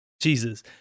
Jesus